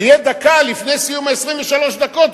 ודקה לפני סיום 23 הדקות,